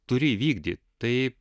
turi įvykdyt tai